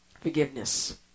forgiveness